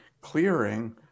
clearing